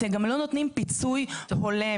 אתם גם לא נותנים פיצוי הולם.